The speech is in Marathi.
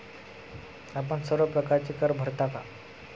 आपण सर्व प्रकारचे कर भरता का?